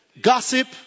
gossip